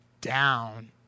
down